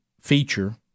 feature